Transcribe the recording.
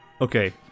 Okay